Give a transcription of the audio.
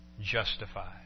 justified